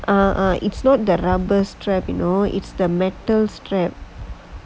ah ah ah it's not that rubber strap you know it's the metal strap